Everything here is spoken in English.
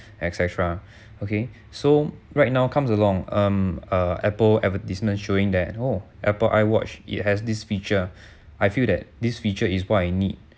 et cetera okay so right now comes along um uh apple advertisement showing that oh apple iwatch it has this feature I feel that this feature is what I need